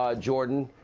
ah jordan.